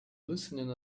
listening